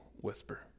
whisper